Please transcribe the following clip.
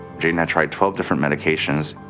jayden had tried twelve different medications,